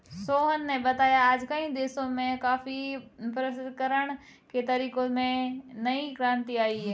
सोहन ने बताया आज कई देशों में कॉफी प्रसंस्करण के तरीकों में नई क्रांति आई है